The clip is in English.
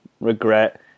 regret